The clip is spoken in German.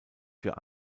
für